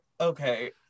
Okay